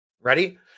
Ready